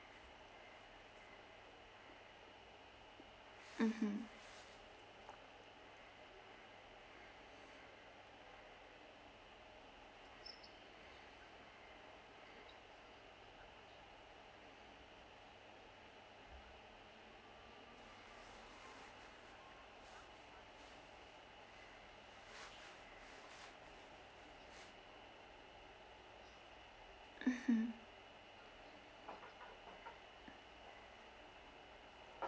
mmhmm mmhmm